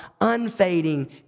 unfading